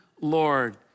Lord